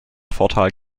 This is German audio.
vorteil